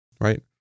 right